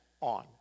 on